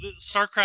starcraft